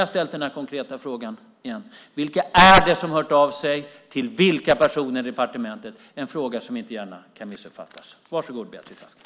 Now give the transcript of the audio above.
Jag ställer nu den konkreta frågan igen: Vilka är de som har hört av sig och till vilka personer i departementet? Det är en fråga som inte gärna kan missuppfattas. Varsågod, Beatrice Ask!